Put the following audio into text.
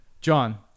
John